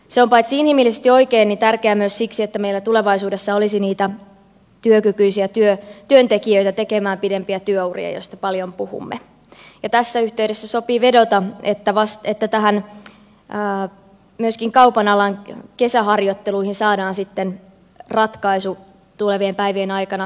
se on paitsi inhimillisesti oikein myös tärkeää siksi että meillä tulevaisuudessa olisi työkykyisiä työntekijöitä tekemään pidempiä työuria joista paljon puhumme ja tässä yhteydessä sopii vedota että myöskin kaupanalan kesäharjoitteluihin saadaan ratkaisu tulevien päivien aikana